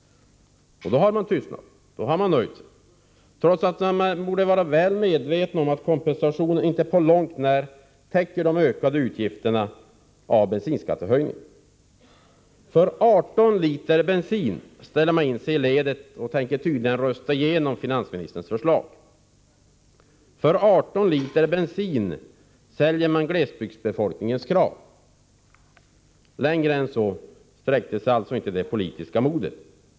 Då har kritiken tystnat. Det har man nöjt sig med, trots att man är väl medveten om att kompensationen inte på långt när täcker de ökade utgifterna till följd av bensinskattehöjningen. För 18 liter bensin ställer man in sig i ledet och tänker tydligen rösta igenom finansministerns förslag. För 18 liter bensin säljer man glesbygdsbefolkningens krav. Längre än så sträckte sig alltså inte det politiska modet.